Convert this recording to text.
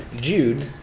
Jude